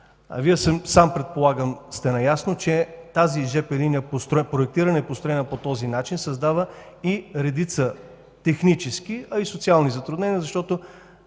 Вие сам, предполагам, сте наясно, че тази жп линия, проектирана и построена по този начин, създава и редица технически, а и социални затруднения, защото